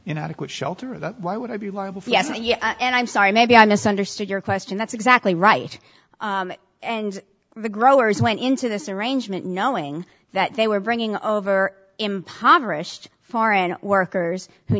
know adequate shelter that why would i be liable for yes and yes and i'm sorry maybe i misunderstood your question that's exactly right and the growers went into this arrangement knowing that they were bringing over impoverished foreign workers